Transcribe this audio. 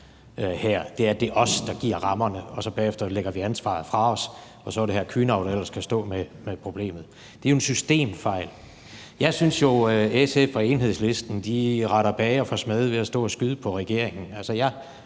Det er, at det er os, der giver rammerne, og så lægger vi bagefter ansvaret fra os, og så er det hr. Kühnau, der ellers skal stå med problemet. Det er jo en systemfejl. Jeg synes jo, SF og Enhedslisten retter bager for smed ved at stå og skyde på regeringen.